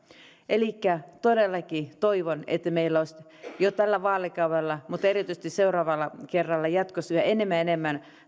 elikkä todellakin toivon että meillä olisi jo tällä vaalikaudella mutta erityisesti seuraavalla kerralla jatkossa yhä enemmän ja enemmän